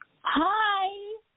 Hi